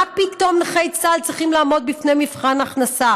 מה פתאום נכי צה"ל צריכים לעמוד במבחן הכנסה?